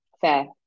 Fair